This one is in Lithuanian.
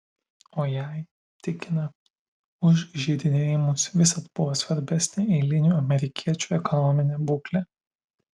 o jai tikina už įžeidinėjimus visad buvo svarbesnė eilinių amerikiečių ekonominė būklė